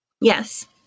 Yes